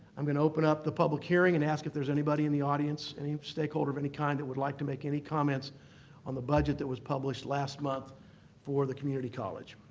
i'm going to open up the public hearing and ask if there's anybody in the audience, any stakeholder of any kind that would like to make any comments on the budget that was published last month for the community college.